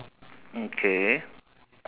mm K